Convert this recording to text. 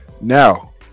Now